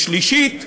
שלישית,